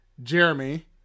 Jeremy